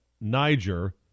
Niger